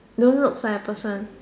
don't looks like a person